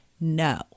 No